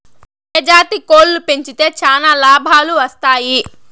ఏ జాతి కోళ్లు పెంచితే చానా లాభాలు వస్తాయి?